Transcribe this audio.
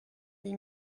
les